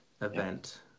event